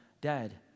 dead